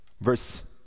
Verse